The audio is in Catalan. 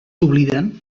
obliden